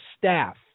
staff